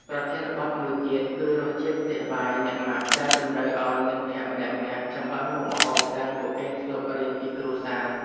ប្រធានបទមួយទៀតគឺ រសជាតិផ្ទះបាយអ្នកម៉ាក់ ដែលតម្រូវឱ្យមិត្តភក្តិម្នាក់ៗចម្អិនមុខម្ហូបដែលពួកគេធ្លាប់រៀនពីគ្រួសារ។